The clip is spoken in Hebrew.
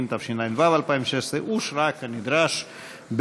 180), התשע"ו 2016, נתקבל.